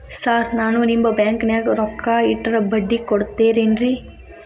Sir ನಾನು ನಿಮ್ಮ ಬ್ಯಾಂಕನಾಗ ರೊಕ್ಕ ಇಟ್ಟರ ಬಡ್ಡಿ ಕೊಡತೇರೇನ್ರಿ?